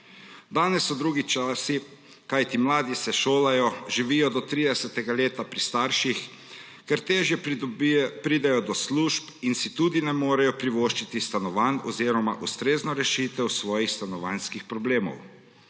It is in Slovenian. Danes so drugi časi, kajti mladi se šolajo, živijo do 30. leta pri starših, ker težje pridejo do služb in si tudi ne morejo privoščiti stanovanj oziroma ustrezne rešitve svojih stanovanjskih problemov.